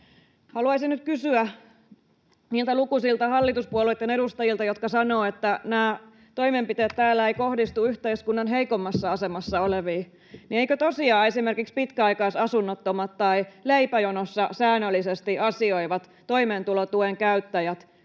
Haluaisin nyt kysyä niiltä lukuisilta hallituspuolueitten edustajilta, jotka sanovat, että nämä toimenpiteet täällä eivät kohdistu yhteiskunnan heikoimmassa asemassa oleviin: eivätkö tosiaan esimerkiksi pitkäaikaisasunnottomat tai leipäjonossa säännöllisesti asioivat toimeentulotuen käyttäjät kuulu